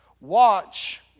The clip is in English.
Watch